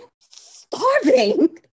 starving